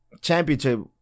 Championship